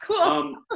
cool